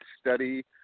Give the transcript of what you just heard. study